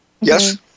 yes